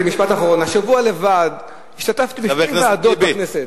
משפט אחרון: רק השבוע השתתפתי בשתי ועדות הכנסת,